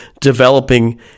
developing